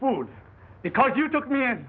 food because you took me